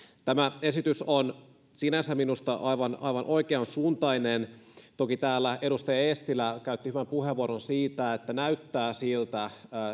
tämä esitys on sinänsä minusta aivan oikeansuuntainen toki täällä edustaja eestilä käytti hyvän puheenvuoron siitä että näyttää siltä